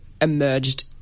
emerged